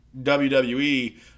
WWE